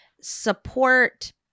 support